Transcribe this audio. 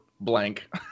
blank